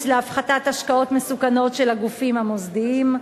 להפחתת השקעות של הגופים המוסדיים,